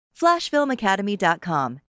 FlashFilmAcademy.com